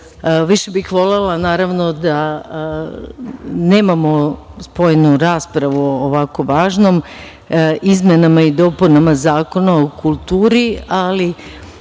Više bih volela da nemamo spojenu raspravu o ovako važnom, izmenama i dopunama Zakona o kulturi, ali